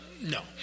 no